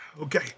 Okay